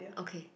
okay